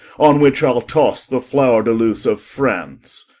on which ile tosse the fleure-de-luce of france.